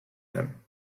him